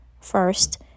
First